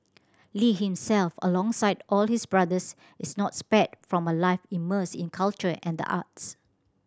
lee himself alongside all his brothers is not spared from a life immersed in culture and the arts